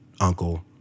uncle